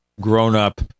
grown-up